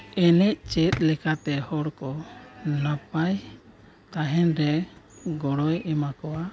ᱮᱱᱮᱡ ᱪᱮᱫ ᱞᱮᱠᱟᱛᱮ ᱦᱚᱲ ᱠᱚ ᱱᱟᱯᱟᱭ ᱛᱟᱦᱮᱱ ᱨᱮ ᱜᱚᱲᱚᱭ ᱮᱢᱟ ᱠᱚᱣᱟ